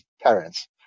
parents